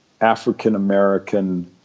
African-American